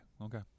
Okay